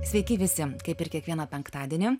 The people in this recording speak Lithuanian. sveiki visi kaip ir kiekvieną penktadienį